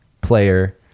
player